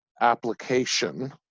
application